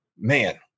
man